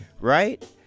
right